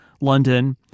London